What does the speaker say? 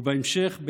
ובהמשך,